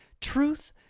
truth